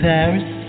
Paris